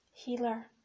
Healer